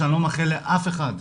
שאני לא מאחל לאף אחד.